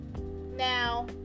Now